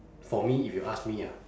for me if you ask me ah